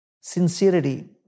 sincerity